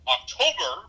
October